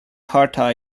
hart